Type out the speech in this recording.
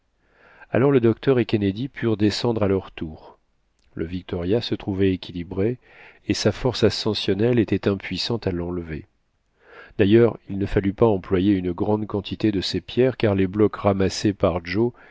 alors le docteur et kennedy purent descendre à leur tour le victoria se trouvait équilibré et sa force ascensionnelle était impuissante à l'enlever d'ailleurs il ne fallut pas employer une grande quantité de ces pierres car les blocs ramassés par joe